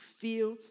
feel